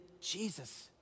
Jesus